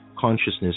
consciousness